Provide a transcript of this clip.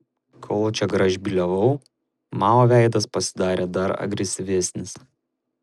kol čia gražbyliavau mao veidas pasidarė dar agresyvesnis